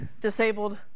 disabled